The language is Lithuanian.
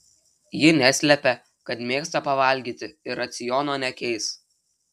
ji neslepia kad mėgsta pavalgyti ir raciono nekeis